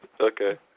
Okay